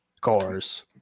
cars